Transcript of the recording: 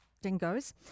dingoes